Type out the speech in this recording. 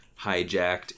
hijacked